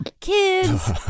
kids